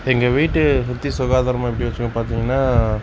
எங்கள் வீட்டை சுற்றி சுகாதாரமாக எப்படி வச்சிப்போம் பார்த்திங்கனா